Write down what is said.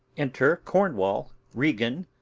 enter cornwall, regan,